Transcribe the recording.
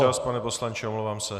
Váš čas, pane poslanče, omlouvám se.